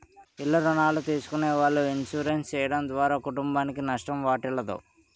ఇల్ల రుణాలు తీసుకునే వాళ్ళు ఇన్సూరెన్స్ చేయడం ద్వారా కుటుంబానికి నష్టం వాటిల్లదు